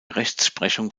rechtsprechung